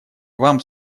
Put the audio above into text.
вам